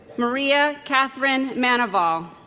maria katherine maneval